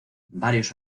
varios